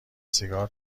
سیگار